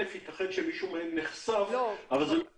ייתכן שמישהו מהם נחשף, אבל זו לא המטרה.